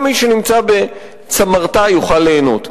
גם מי שנמצא בצמרתה יוכל ליהנות.